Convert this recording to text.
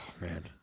man